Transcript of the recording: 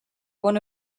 one